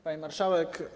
Pani Marszałek!